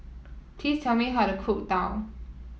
please tell me how to cook Daal